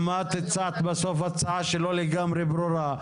גם את בסוף הדיון הצעת הצעה שלא לגמרי ברורה.